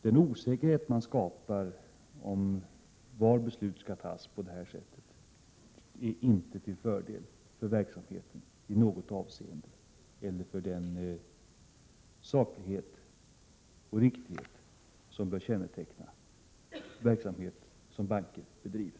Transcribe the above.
Den osäkerhet man på detta sätt skapar om var beslut skall fattas är inte till fördel för verksamheten i något avseende eller för den saklighet och riktighet som bör känneteckna den verksamhet som banker bedriver.